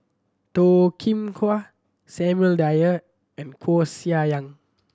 Toh Kim Hwa Samuel Dyer and Koeh Sia Yong